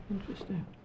Interesting